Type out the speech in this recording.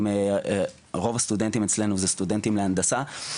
רוב הסטודנטים אצלנו הם סטודנטים להנדסה.